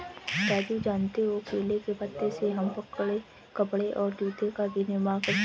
राजू जानते हो केले के पत्ते से हम कपड़े और जूते का भी निर्माण कर सकते हैं